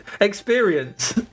Experience